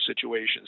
situations